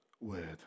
word